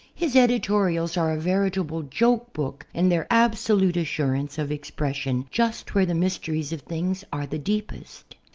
his editorials are a veritable joke book in their absolute assurance of expression just where the mysteries of things are the deepest.